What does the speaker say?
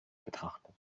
betrachtet